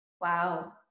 Wow